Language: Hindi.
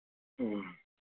ह्म्म